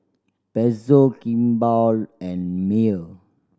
Pezzo Kimball and Mayer